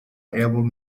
elbowed